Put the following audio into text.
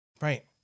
Right